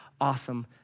awesome